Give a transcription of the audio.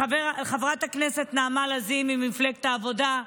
לחברת הכנסת נעמה לזימי ממפלגת העבודה,